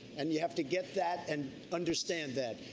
and you have to get that and understand that.